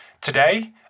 Today